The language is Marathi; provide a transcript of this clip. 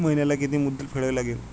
महिन्याला किती मुद्दल फेडावी लागेल?